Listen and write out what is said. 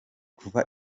kuva